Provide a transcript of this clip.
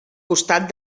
costat